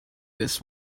this